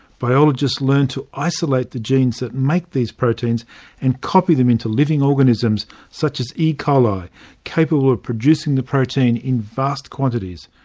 biologists learned to isolate the genes that make these proteins and copy them into living organisms such as e. coli capable of producing the protein in vast quantities.